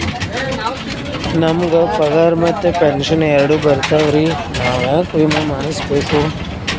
ನಮ್ ಗ ಪಗಾರ ಮತ್ತ ಪೆಂಶನ್ ಎರಡೂ ಬರ್ತಾವರಿ, ನಾ ಯಾಕ ವಿಮಾ ಮಾಡಸ್ಬೇಕ?